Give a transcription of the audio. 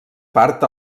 part